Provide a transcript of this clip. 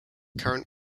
current